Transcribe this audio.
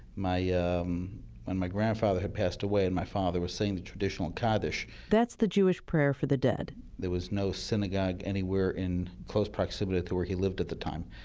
yeah um when my grandfather had passed away and my father was saying the traditional kaddish that's the jewish prayer for the dead there was no synagogue anywhere in close proximity to where he lived at the time.